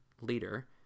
leader